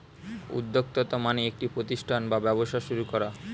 উদ্যোক্তা মানে একটি প্রতিষ্ঠান বা ব্যবসা শুরু করা